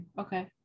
okay